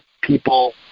people